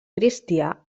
cristià